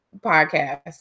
podcast